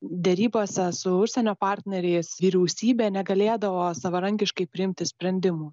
derybose su užsienio partneriais vyriausybė negalėdavo savarankiškai priimti sprendimų